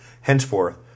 Henceforth